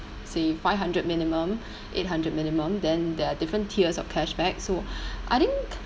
say five hundred minimum eight hundred minimum then there are different tiers of cashback so I think